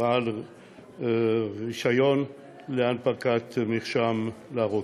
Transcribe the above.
בעל רישיון להנפקת מרשם רוקח.